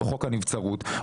בחוק הנבצרות,